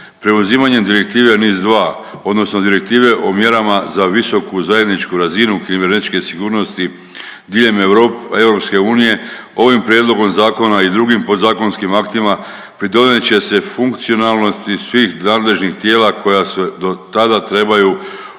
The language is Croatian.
Preuzimanjem Direktive NIS2 odnosno Direktive o mjerama za visoku zajedničku razinu kibernetičke sigurnosti diljem EU ovim prijedlogom zakona i drugim podzakonskim aktima pridonijet će se funkcionalnosti svih nadležnih tijela koja se do tada trebaj